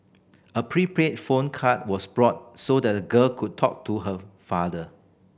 a prepaid phone card was bought so that the girl could talk to her father